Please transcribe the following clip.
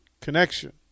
connection